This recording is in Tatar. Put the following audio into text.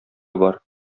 бар